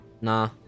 Nah